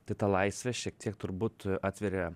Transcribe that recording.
tai ta laisvė šiek tiek turbūt atveria